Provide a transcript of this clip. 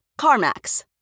CarMax